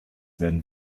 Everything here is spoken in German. werden